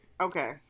Okay